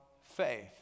faith